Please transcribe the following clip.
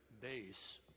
base